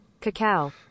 Cacao